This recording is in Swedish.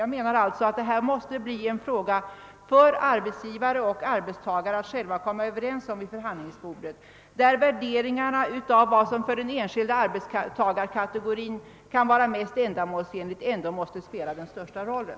Jag menar alltså att detta måste bli en sak för arbetsgivare och arbetstagare att själva komma överens om vid förhandlingsbordet, där värderingarna av vad som för den enskilda arbetstagarkategorin kan vara mest ändamålsenligt ändå måste spela den största rollen.